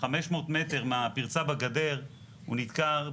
500 מטר מהפרצה בגדר הוא נדקר.